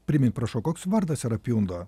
primink prašau koks vardas yra piūndo